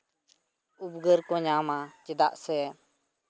ᱩᱯᱠᱟᱹᱨ ᱠᱚ ᱧᱟᱢᱟ ᱪᱮᱫᱟᱜ ᱥᱮ